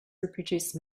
reproduce